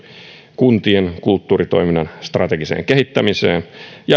kuntien kulttuuritoiminnan strategiseen kehittämiseen ja eri taiteenalojen kehittämiseen